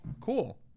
cool